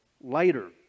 later